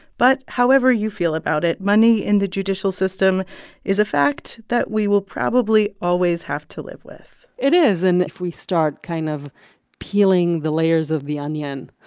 but however you feel about it, money in the judicial system is a fact that we will probably always have to live with it is and if we start kind of peeling the layers of the onion,